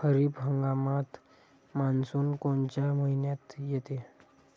खरीप हंगामात मान्सून कोनच्या मइन्यात येते?